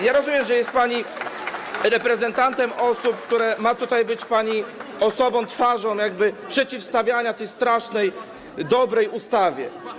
Ja rozumiem, że jest pani reprezentantem osób, które... ma pani być tutaj osobą, twarzą jakby przeciwstawiania się tej „strasznej”, dobrej ustawie.